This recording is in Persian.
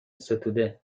ستوده